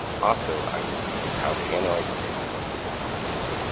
also, i will review how to analyze the report and what to look for.